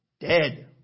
dead